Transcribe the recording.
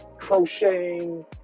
crocheting